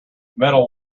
metal